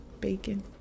bacon